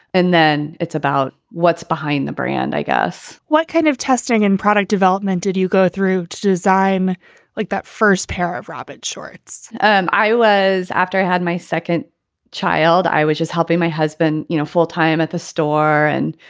and then it's about what's behind the brand i guess what kind of testing and product development did you go through to design like that first pair of rabbit shorts? um i was after i had my second child, i was just helping my husband, you know, full time at the store. and,